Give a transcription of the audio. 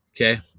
Okay